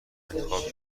انتخاب